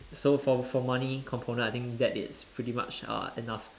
so from from money component I think that it's pretty much enough